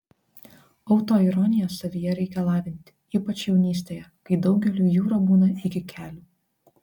autoironiją savyje reikia lavinti ypač jaunystėje kai daugeliui jūra būna iki kelių